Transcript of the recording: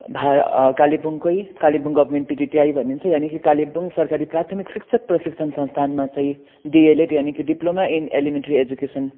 भा कालिम्पोङकै Kalimpong government PTTI भन्ने हुन्छु यानि कि कालिम्पोङ सरकारी प्राथमिक शिक्षक प्रशिक्षण संस्थानमा चाहिँ डिएलएड यानि कि डिप्लोमा इन एलिमेन्टरी एजुकेसन